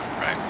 right